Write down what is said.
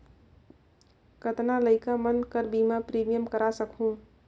कतना लइका मन कर बीमा प्रीमियम करा सकहुं?